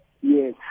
Yes